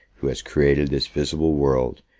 who has created this visible world,